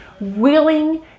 willing